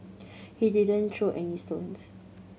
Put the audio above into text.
he didn't throw any stones